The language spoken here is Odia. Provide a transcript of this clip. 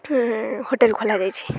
ହୋଟେଲ୍ ଖୋଲାଯାଇଛି